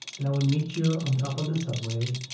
and i would meet you on top of the subway,